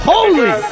Holy